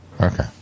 Okay